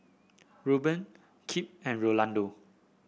Rueben Kip and Rolando